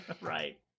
right